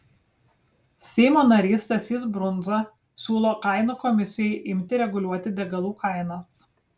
seimo narys stasys brundza siūlo kainų komisijai imti reguliuoti degalų kainas